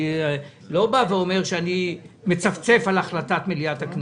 ואני לא אומר שאני מצפצף על החלטת מליאת הכנסת.